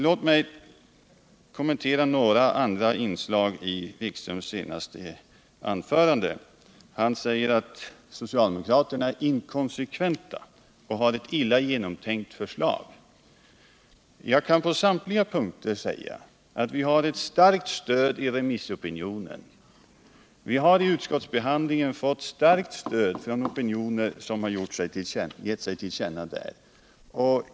Låt mig kommentera några andra inslag i Jan-Erik Wikströms senaste anförande. Han säger att socialdemokraterna är inkonsekventa och har ett illa genomtänkt förslag. Jag kan säga att vi på samtliga punkter har ett starkt stöd av remissopinionen. Vi har vid utskottsbehandlingen fått starkt stöd från de opinioner som givit sig till känna där.